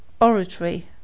Oratory